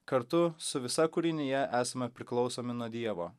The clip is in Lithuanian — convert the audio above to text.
kartu su visa kūrinija esame priklausomi nuo dievo